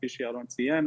כפי שירון ציין,